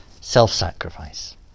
self-sacrifice